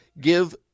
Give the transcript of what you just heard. give